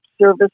service